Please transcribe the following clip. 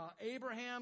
Abraham